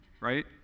right